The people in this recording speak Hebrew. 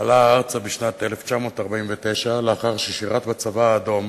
עלה בשנת 1949, לאחר ששירת בצבא האדום